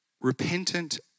Repentant